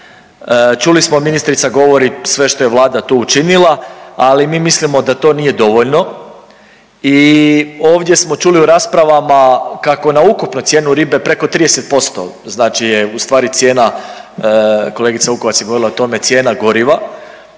čuli smo, ministrica govori sve što je Vlada tu učinila, ali mi mislimo da to nije dovoljno i ovdje smo čuli u raspravama kako na ukupno cijenu ribe preko 30%, znači je ustvari cijena, kolegica Vukovac je govorila o tome, cijena goriva,